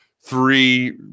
three